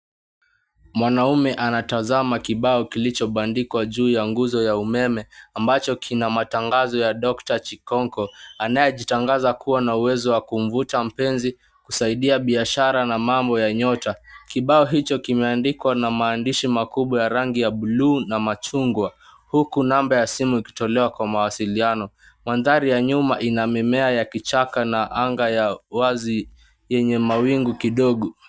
Mwanaume anatazama kibao kilichobandikwa juu ya nguzo ya umeme ambacho kina matangazo ya dokta Chikonko anayejitangaza kua na uwezo wa kumvuta mpenzi, kusaidia biashara na mambo ya nyota. Kibao hicho kimeandikwa na maandishi makubwa ya rangi ya bluu na machungwa, huku namba ya simu ikitolewa kwa mawasiliano. Mandhari ya nyuma ina mimea ya kichaka na anga ya wazi yenye mawingu kidogo.